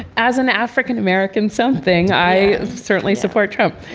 as an african-american, something? i certainly support trump.